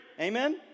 Amen